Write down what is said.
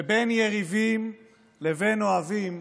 בין יריבים לאוהבים,